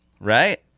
right